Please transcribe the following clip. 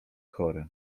chory